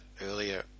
earlier